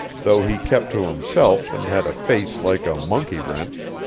though he kept to himself and had a face like a monkey-wrench.